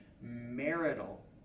marital